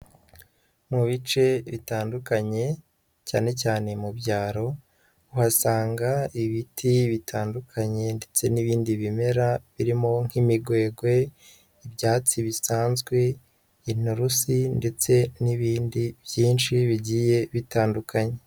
Mu bice bitandukanye cyane cyane mu byaro uhasanga ibiti bitandukanye ndetse n'ibindi bimera birimo nk'imigwegwe, ibyatsi bisanzwe, inturusi ndetse n'ibindi byinshi bigiye bitandukanye.